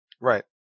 Right